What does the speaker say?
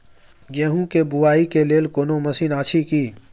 गेहूँ के बुआई के लेल कोनो मसीन अछि की?